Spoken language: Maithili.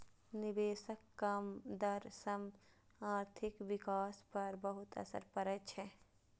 निवेशक कम दर सं आर्थिक विकास पर बहुत असर पड़ै छै